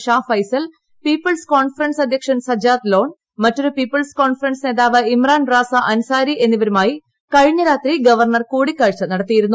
Shah Faesal People's Conference അധ്യക്ഷൻ സജാദ് ലോൺ മറ്റൊരു People's Conference നേതാവ് ഇമ്രാൻ റാസ അൻസാരി എന്നിവരുമായി കഴിഞ്ഞ രാത്രി ഗവർണർ കൂടിക്കാഴ്ച നടത്തിയിരുന്നു